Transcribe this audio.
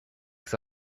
que